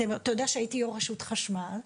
אתה יודע שהייתי יושבת רשות החשמל,